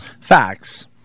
Facts